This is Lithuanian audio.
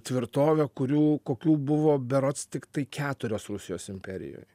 tvirtovę kurių kokių buvo berods tiktai keturios rusijos imperijoj